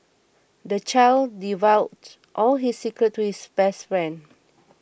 the child divulged all his secrets to his best friend